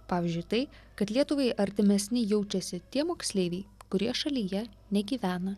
pavyzdžiui tai kad lietuvai artimesni jaučiasi tie moksleiviai kurie šalyje negyvena